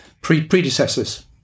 predecessors